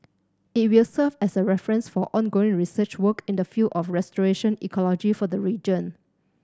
it will serve as a reference for ongoing research work in the field of restoration ecology for the region